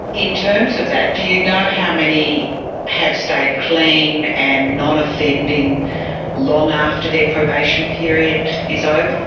in terms of that, do you know how many have stayed clean and non-offending long after their probation period is over?